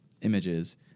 images